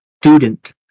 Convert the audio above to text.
student